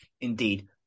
indeed